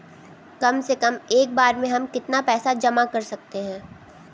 कम से कम एक बार में हम कितना पैसा जमा कर सकते हैं?